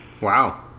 wow